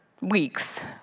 weeks